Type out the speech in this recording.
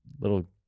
little